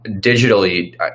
digitally